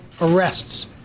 arrests